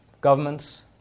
governments